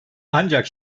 ancak